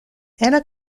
anna